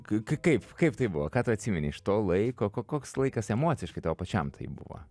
ka ka kaip kaip tai buvo ką tu atsimeni iš to laiko ko koks laikas emociškai tau pačiam tai buvo